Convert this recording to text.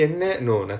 oh